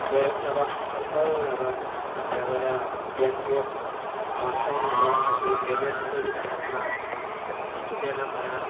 ꯂꯣꯏꯔꯛꯂꯕ ꯇꯝꯕ ꯂꯣꯏꯔꯛꯂꯕ ꯁꯝꯅ ꯍꯥꯏꯔꯕꯗ ꯇꯦꯟ ꯇꯨꯋꯦꯞ ꯄꯥꯁ ꯇꯧꯔꯛꯂꯕ ꯑꯃꯗꯤ ꯒ꯭ꯔꯦꯖꯨꯑꯦꯁꯟ ꯂꯣꯏꯁꯤꯜꯂꯛꯂꯕ ꯏꯁꯇꯨꯗꯦꯟ ꯑꯃꯅ